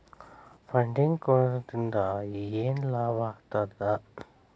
Funding ಕೊಡೊದ್ರಿಂದಾ ಏನ್ ಲಾಭಾಗ್ತದ?